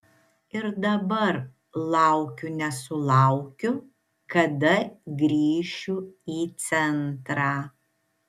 ir dabar laukiu nesulaukiu kada grįšiu į centrą